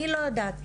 אני לא יודעת.